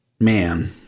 Man